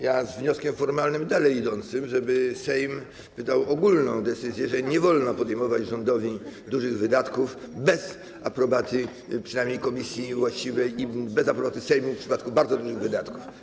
Ja z wnioskiem formalnym dalej idącym: żeby Sejm wydał ogólną decyzję, że nie wolno podejmować rządowi decyzji o dużych wydatkach bez aprobaty przynajmniej właściwej komisji i bez aprobaty Sejmu w przypadku bardzo dużych wydatków.